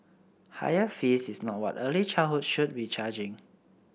higher fees is not what early childhood should be charging